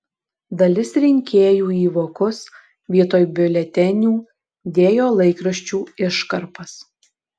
dalis rinkėjų į vokus vietoj biuletenių dėjo laikraščių iškarpas